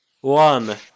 one